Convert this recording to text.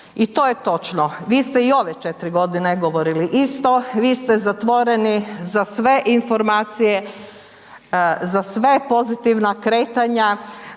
I to je točno. Vi ste i ove 4 godine govorili isto, vi ste zatvoreni za sve informacije, za sve pozitivna kretanja,